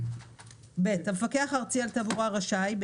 (ב) המפקח הארצי על התעבורה רשאי,